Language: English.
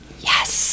yes